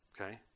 Okay